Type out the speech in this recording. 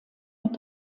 mit